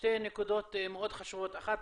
שתי נקודות מאוד חשובות, אחת